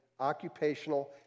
occupational